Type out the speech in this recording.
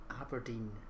Aberdeen